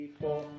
four